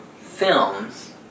films